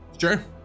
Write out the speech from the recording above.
Sure